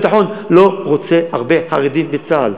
ומשרד הביטחון לא רוצה הרבה חרדים בצה"ל,